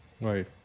Right